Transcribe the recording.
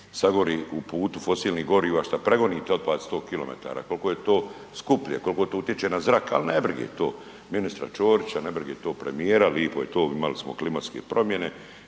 sagori u putu fosilnih goriva šta pregonite otpad 100 km, koliko je to skuplje, koliko to utječe na zrak, al ne brige to ministra Ćorića, ne brige to premijera, lipo je to imali smo klimatske promjene.